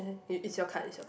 uh it it's your card it's your